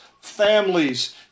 families